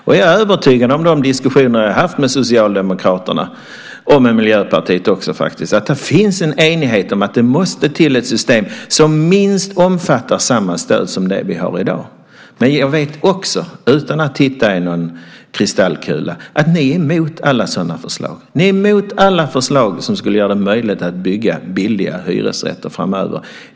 Jag är övertygad efter de diskussioner jag har haft med Socialdemokraterna - med Miljöpartiet också, faktiskt - om att det finns en enighet om att det måste till ett system som minst omfattar samma stöd som det vi har i dag. Men jag vet också, utan att titta i någon kristallkula, att ni är emot alla sådana förslag. Ni är emot alla förslag som skulle göra det möjligt att bygga billiga hyresrätter framöver.